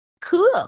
cool